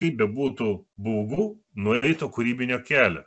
kaip bebūtų baugu nueito kūrybinio kelio